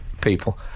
...people